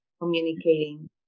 communicating